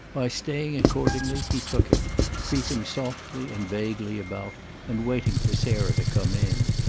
by staying, accordingly, he took it creeping softly and vaguely about and waiting for sarah to come in.